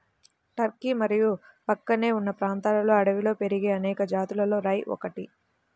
Turkey మరియు ప్రక్కనే ఉన్న ప్రాంతాలలో అడవిలో పెరిగే అనేక జాతులలో రై ఒకటి